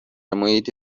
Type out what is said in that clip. محیط